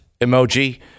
emoji